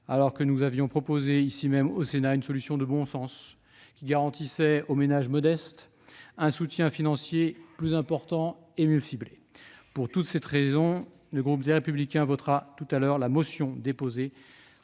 alors que nous avions proposé, ici même au Sénat, une solution de bon sens qui garantissait aux ménages modestes un soutien financier plus important et mieux ciblé. Pour toutes ces raisons, le groupe Les Républicains votera la motion présentée